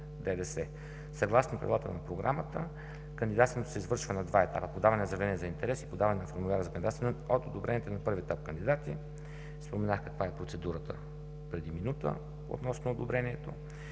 ДДС. Съгласно правилата на Програмата кандидатстването се извършва на два етапа – подаване на заявление за интерес и подаване на формуляр за кандидатстване от одобрените на първия етап кандидати – споменах каква е процедурата преди минута, относно одобрението